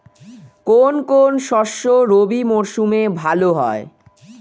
কোন কোন শস্য রবি মরশুমে ভালো হয়?